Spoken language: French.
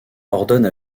ordonne